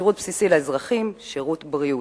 לשירות בסיסי לאזרחים, שירות בריאות.